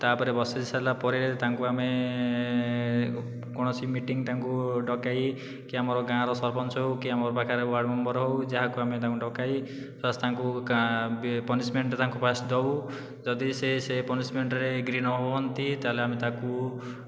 ତା'ପରେ ବସାଇସାରିଲା ପରେ ତାଙ୍କୁ ଆମେ କୌଣସି ମିଟିଂ ତାଙ୍କୁ ଡକାଇ କି ଆମର ଗାଁର ସରପଞ୍ଚ ହେଉ କି ଆମ ପାଖରେ ୱାର୍ଡ଼ ମେମ୍ବର ହେଉ ଯାହାକୁ ଆମେ ତାଙ୍କୁ ଡକାଇ ବାସ୍ ତାଙ୍କୁ ପନିଶମେଣ୍ଟ ତାଙ୍କୁ ବାସ୍ ଦେଉ ଯଦି ସେ ସେ ପନିଶମେଣ୍ଟରେ ଆଗ୍ରୀ ନହୁଅନ୍ତି ତା' ହେଲେ ଆମେ ତାକୁ